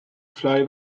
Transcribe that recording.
fly